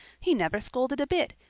he never scolded a bit.